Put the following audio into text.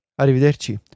Arrivederci